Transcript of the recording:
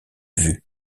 vues